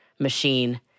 machine